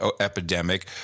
epidemic